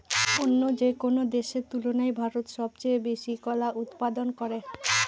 অন্য যেকোনো দেশের তুলনায় ভারত সবচেয়ে বেশি কলা উৎপাদন করে